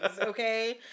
okay